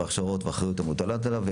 והכשרות ואחריות המוטלת עליו,